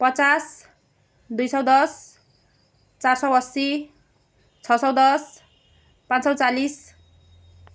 पचास दुई सय दस चार सय असी छ सय दस पाँच सय चालिस